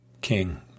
king